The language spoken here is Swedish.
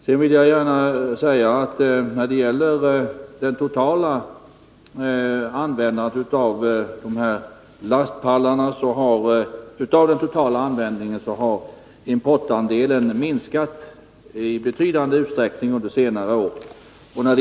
Jag vill sedan säga att av det totala användandet av dessa lastpallar har importandelen minskat i betydande utsträckning under senare år.